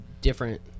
different